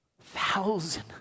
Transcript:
thousand